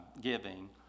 giving